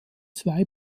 zwei